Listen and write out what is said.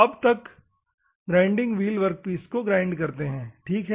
अब यह grinding wheel workpiece को ग्राइंड करते हैं ठीक है